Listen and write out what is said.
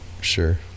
Sure